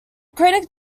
critic